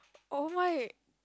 oh my